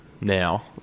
now